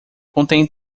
contém